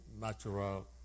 natural